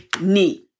knee